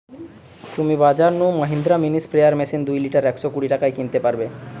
তুমি বাজর নু মহিন্দ্রা মিনি স্প্রেয়ার মেশিন দুই লিটার একশ কুড়ি টাকায় কিনতে পারবে